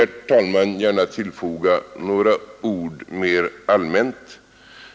Sedan vill jag också gärna tillfoga några ord mera allmänt.